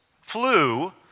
flu